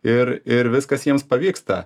ir ir viskas jiems pavyksta